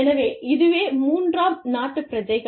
எனவே இதுவே மூன்றாம் நாட்டுப் பிரஜைகள்